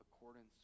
accordance